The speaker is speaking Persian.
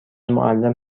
معلم